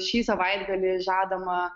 šį savaitgalį žadama